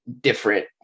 different